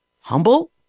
humble